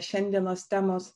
šiandienos temos